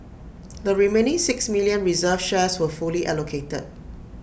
the remaining six million reserved shares were fully allocated